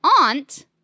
aunt